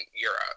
Europe